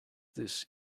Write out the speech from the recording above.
this